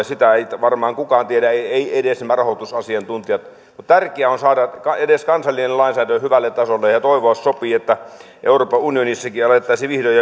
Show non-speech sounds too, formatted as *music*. sitä ei varmaan kukaan tiedä eivät edes nämä rahoitusasiantuntijat mutta tärkeää on saada edes kansallinen lainsäädäntö hyvälle tasolle ja ja toivoa sopii että euroopan unionissakin alettaisiin vihdoin *unintelligible*